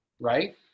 Right